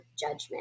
judgment